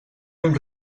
amb